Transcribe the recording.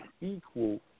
equal